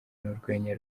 n’urwenya